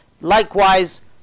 Likewise